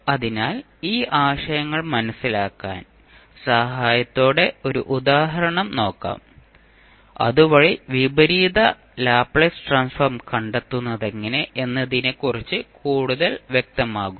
അതിനാൽ ഈ ആശയങ്ങൾ മനസിലാക്കാൻ സഹായത്തോടെ ഒരു ഉദാഹരണം നോക്കാം അതുവഴി വിപരീത ലാപ്ലേസ് ട്രാൻസ്ഫോം കണ്ടെത്തുന്നതെങ്ങനെ എന്നതിനെക്കുറിച്ച് കൂടുതൽ വ്യക്തമാകും